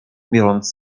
biorąc